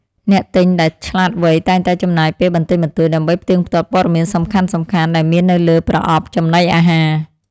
អ្នកទិញដែលឆ្លាតវៃតែងតែចំណាយពេលបន្តិចបន្តួច ដើម្បីផ្ទៀងផ្ទាត់ព័ត៌មានសំខាន់ៗដែលមាននៅលើប្រអប់ចំណីអាហារ។